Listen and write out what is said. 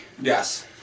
Yes